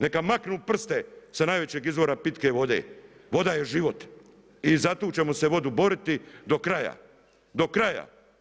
Neka maknu prste sa najvećeg izvora pitke vode, voda je život i za tu ćemo se vodu boriti do kraja, do kraja.